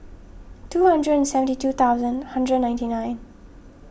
two hundred and seventy two thousand hundred ninety nine